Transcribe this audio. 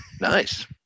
Nice